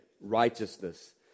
righteousness